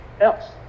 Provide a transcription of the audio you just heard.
else